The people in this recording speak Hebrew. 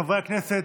חברי הכנסת,